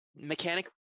Mechanically